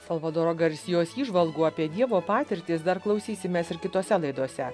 salvadoro garsijos įžvalgų apie dievo patirtis dar klausysimės ir kitose laidose